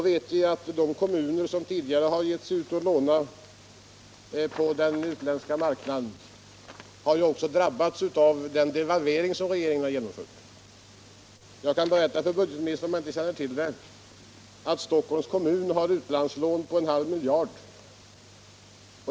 Vi vet också att de kommuner som tidigare lånat på den utländska marknaden har drabbats av devalveringen. För den händelse budgetministern inte känner till det kan jag berätta för honom att Stockholms kommun har utlandslån på en halv miljard.